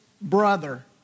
brother